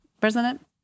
president